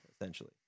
essentially